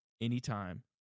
anytime